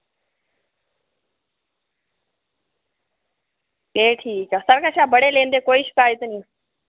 ए ठीक ऐ साढ़े कशा बड़े लैंदे कोई शिकायत नी